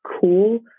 cool